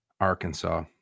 Arkansas